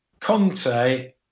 Conte